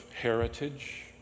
heritage